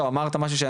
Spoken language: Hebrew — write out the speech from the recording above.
לא אמרת משהו,